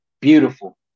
Beautiful